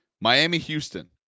Miami-Houston